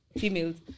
Females